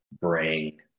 bring